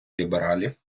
лібералів